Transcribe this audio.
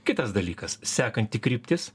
kitas dalykas sekanti kryptis